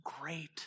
great